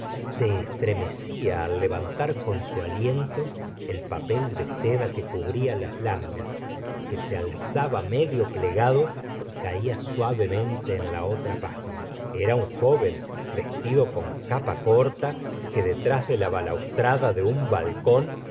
se estremecía al levantar con su aliento el papel de seda que cubría las láminas que se alzaba medio plegado y caía suavemente en la otra página era un joven vestido con capa corta que detrás de la balaustrada de un balcón